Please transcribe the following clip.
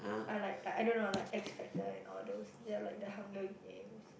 I like like I don't know I like expected and all those they are like the Hunger Games